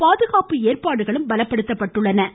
பாதுகாப்பு ஏற்பாடுகளும் பலப்படுத்தப்பட்டுள்ளன